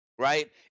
Right